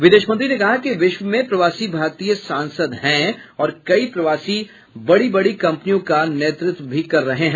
विदेश मंत्री ने कहा कि विश्व में प्रवासी भारतीय सांसद हैं और कई प्रवासी बड़ी बड़ी कंपनियों का नेतृत्व भी कर रहे हैं